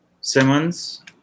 Simmons